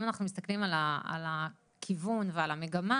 אם אנחנו מסתכלים על הכיוון ועל המגמה